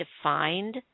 defined